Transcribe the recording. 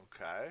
Okay